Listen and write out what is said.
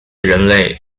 人类